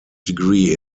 degree